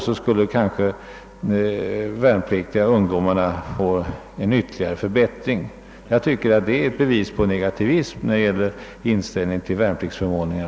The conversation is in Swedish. Då skulle de värnpliktiga kanske kunna få en ytterligare förbättring. Det tycker jag är bevis på negativism när det gäller inställningen till de värnpliktigas förmåner!